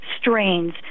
strains